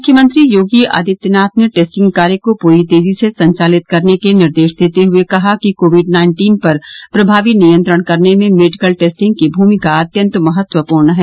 मुख्यमंत्री योगी आदित्यनाथ ने टेस्टिंग कार्य को पूरी तेजी से संचालित करने के निर्देश देते हुए कहा कि कोविड नाइन्टीन पर प्रभावी नियंत्रण करने में मेडिकल टेस्टिंग की भूमिका अत्यन्त महत्वपूर्ण है